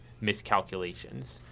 miscalculations